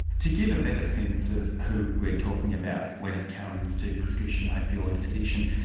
to give a better sense of who we are talking about when it comes to prescription opioid addiction,